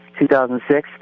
2006